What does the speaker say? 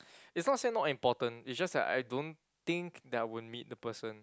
is not say not important it's just that I don't think that I would meet the person